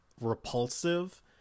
repulsive